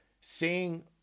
seeing